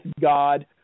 God